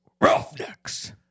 roughnecks